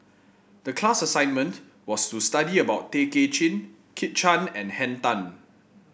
the class assignment was to study about Tay Kay Chin Kit Chan and Henn Tan